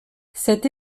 cette